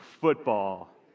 football